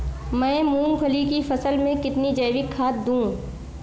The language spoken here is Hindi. मैं मूंगफली की फसल में कितनी जैविक खाद दूं?